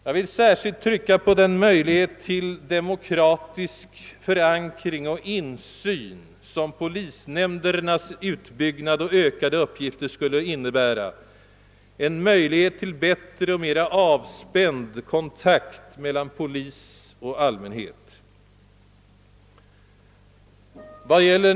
Jag vill särskilt trycka på den möjlighet till demokratisk förankring och insyn som polisnämndernas utbyggnad och ökade uppgifter skulle innebära, en möjlighet till bättre och avspänd kontakt mellan polis och allmänhet.